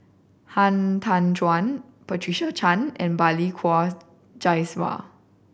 Han Tan Juan Patricia Chan and Balli Kaur Jaswal